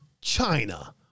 China